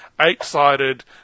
eight-sided